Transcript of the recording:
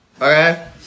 Okay